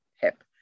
hip